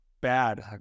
bad